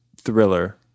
thriller